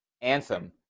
Anthem